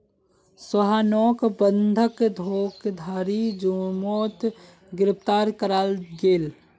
सोहानोक बंधक धोकधारी जुर्मोत गिरफ्तार कराल गेल